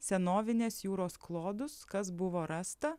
senovinės jūros klodus kas buvo rasta